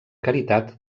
caritat